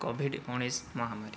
Covid ଉଣେଇଶ ମହାମାରୀ